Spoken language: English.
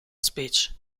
speech